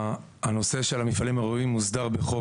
הנושא של המפעלים הראויים מוסדר בחוק